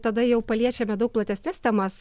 tada jau paliečiame daug platesnes temas